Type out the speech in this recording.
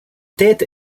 tête